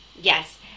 Yes